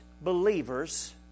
believers